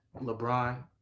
LeBron